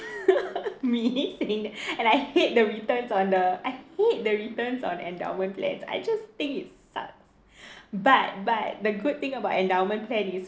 me saying that and I hate the returns on the I hate the returns on endowment plans I just think it sucks but but the good thing about endowment plan is